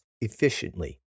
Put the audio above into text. efficiently